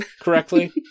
correctly